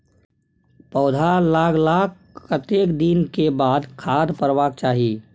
पौधा लागलाक कतेक दिन के बाद खाद परबाक चाही?